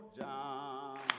John